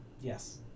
Yes